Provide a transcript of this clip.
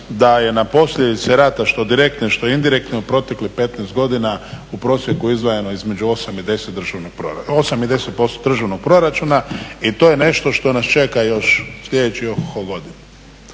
da je na posljedice rata, što direktne, što indirektne u proteklih 15 godina u prosjeku izdvajano između 8 i 10% državnog proračuna i to je nešto što nas čeka slijedećih oho ho godina.